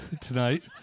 tonight